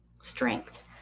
strength